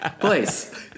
Please